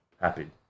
happy